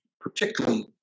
particularly